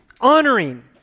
honoring